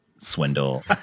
swindle